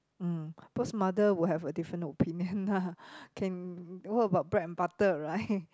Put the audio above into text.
mm cause mother will have a different opinion ah can what about bread and butter right